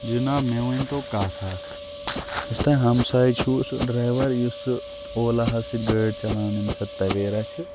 جِناب مےٚ ؤنۍتو کَتھ اَکھ یُس تۄہہِ ہمساے چھُوٕ سُہ ڈرٛایوَر یُس سُہ اولا ہَس سۭتۍ گٲڑۍ چلاوان ییٚمِس سۄ تَویرا چھِ